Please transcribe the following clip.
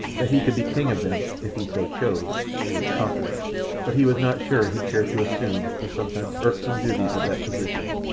that he could be king of them, if he so chose, he was confident but he was not sure he cared to assume the sometimes irksome duties of that position,